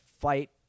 fight